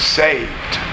saved